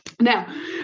Now